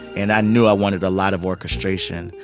and i knew i wanted a lot of orchestration.